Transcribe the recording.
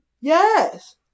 Yes